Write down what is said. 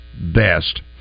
best